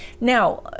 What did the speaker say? Now